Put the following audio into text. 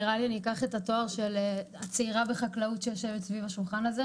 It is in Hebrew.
אקח את התואר של הצעירה בחקלאות שיושבת סביב השולחן הזה,